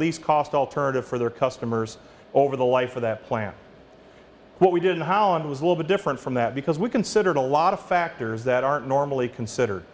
least cost alternative for their customers over the life of that plant what we did in holland was a little bit different from that because we considered a lot of factors that aren't normally considered